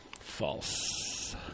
False